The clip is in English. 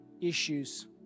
issues